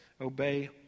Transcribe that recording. obey